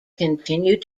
continued